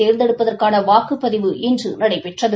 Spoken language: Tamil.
தேர்ந்தெடுப்பதற்கான வாக்குப்பதிவு இன்று நடைபெற்றது